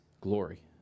glory